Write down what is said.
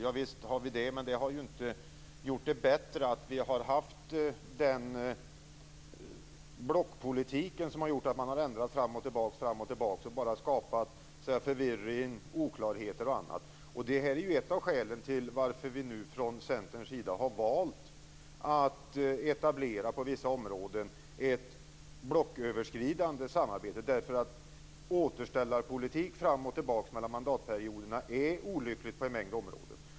Ja, visst har vi det, men det har ju inte gjort det bättre att vi har haft en blockpolitik som har gjort att man har ändrat fram och tillbaka och bara skapat förvirring, oklarheter och annat. Det är ett av skälen till att vi nu från Centerns sida har valt att på vissa områden etablera ett blocköverskridande samarbete. Återställarpolitik fram och tillbaka mellan mandatperioderna är olyckligt på en mängd områden.